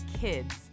kids